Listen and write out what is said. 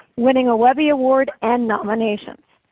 winning a webby award and nomination,